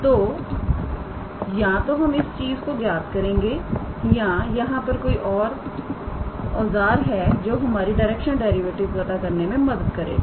तोया तो हम इस चीज को ज्ञात करेंगे या यहां पर कोई और औजार है जो हमारी डायरेक्शनल डेरिवेटिव पता करने में मदद करेगा